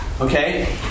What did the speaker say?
Okay